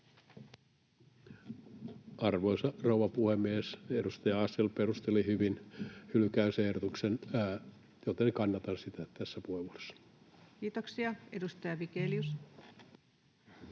Arvoisa rouva puhemies! Edustaja Asell perusteli hyvin hylkäysehdotuksen, joten kannatan sitä tässä puheenvuorossa. Kiitoksia. — Edustaja Vigelius.